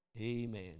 Amen